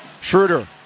Schroeder